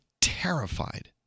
Terrified